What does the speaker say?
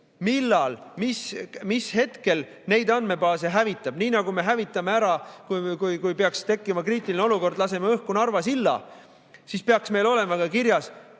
millal, mis hetkel neid andmebaase hävitab. Nii nagu me hävitame ära, kui peaks tekkima kriitiline olukord, laseme õhku Narva silla, nii peaks meil olema ka kirjas,